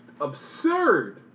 absurd